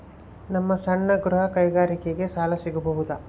ನಮ್ಮ ಸಣ್ಣ ಗೃಹ ಕೈಗಾರಿಕೆಗೆ ಸಾಲ ಸಿಗಬಹುದಾ?